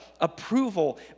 approval